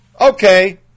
Okay